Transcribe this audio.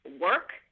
work